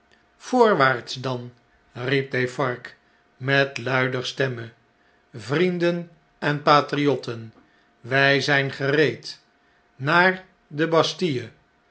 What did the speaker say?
voorwaarts dan riep defarge met luider stemme vrienden en patriotten wjj zijn gereed naar de bastille